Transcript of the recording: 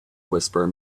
whisperer